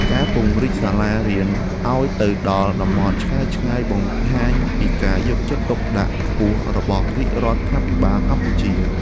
ការបន្តពង្រីកសាលារៀនឱ្យទៅដល់តំបន់ឆ្ងាយៗបង្ហាញពីការយកចិត្តទុកដាក់ខ្ពស់របស់រាជរដ្ឋាភិបាលកម្ពុជា។